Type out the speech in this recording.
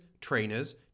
trainers